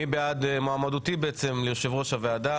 מי בעד מועמדותי ליושב ראש הוועדה?